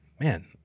man